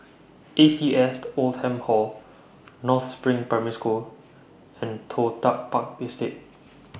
A C S Oldham Hall North SPRING Primary School and Toh Tuck Park Estate